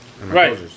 Right